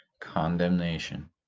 condemnation